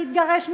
מי התגרש,